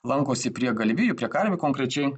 lankosi prie galvijų prie karvių konkrečiai